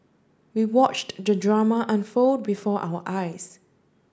we watched the drama unfold before our eyes